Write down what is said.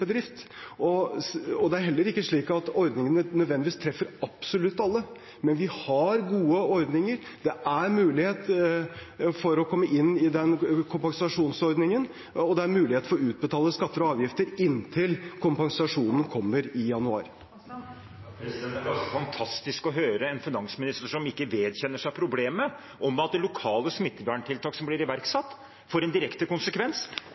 bedrift, og det er heller ikke slik at ordningene nødvendigvis treffer absolutt alle. Men vi har gode ordninger, det er mulighet for å komme inn i den kompensasjonsordningen, og det er mulighet for å utsette å betale skatter og avgifter inntil kompensasjonen kommer i januar. Terje Aasland – til oppfølgingsspørsmål. Det er ganske fantastisk å høre en finansminister som ikke vedkjenner seg problemet med at lokale smitteverntiltak som blir iverksatt, får en direkte konsekvens.